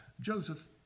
Joseph